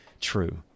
true